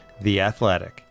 theathletic